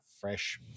fresh